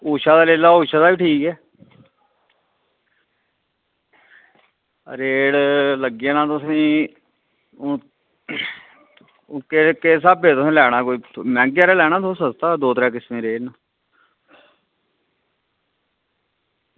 उषा दा लेई लैओ ऊषा दा बी ठीक ऐ रेट लग्गी जाना तुसेंगी हून तुसें किस स्हाबै दा लैना मैह्ंगा जा त्रैऽ किस्म दे रेट न